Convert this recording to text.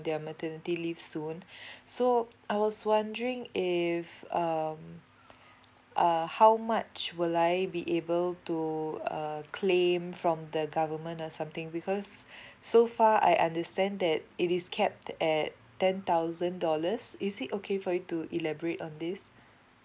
their maternity leave soon so I was wondering if um uh how much will I be able to uh claim from the government or something because so far I understand that it is capped at ten thousand dollars is it okay for you to elaborate on this